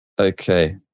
Okay